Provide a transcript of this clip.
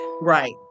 Right